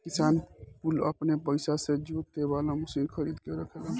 किसान कुल अपने पइसा से जोते वाला मशीन खरीद के रखेलन